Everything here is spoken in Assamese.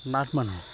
নাথ মানুহ